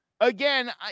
again